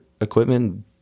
equipment